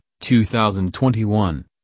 2021